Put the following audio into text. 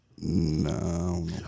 No